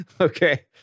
okay